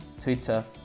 Twitter